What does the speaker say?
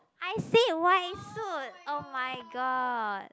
I said white suit oh-my-god